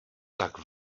tak